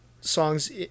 songs